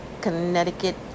Connecticut